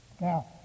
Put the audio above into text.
Now